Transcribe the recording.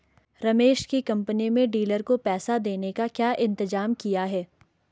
रमेश की कंपनी में डीलर को पैसा देने का क्या इंतजाम किया है?